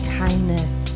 kindness